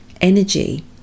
energy